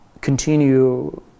continue